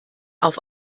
auf